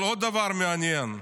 אבל עוד דבר מעניין.